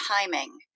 timing